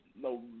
no